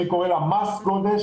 שאני קורא לה מס גודש.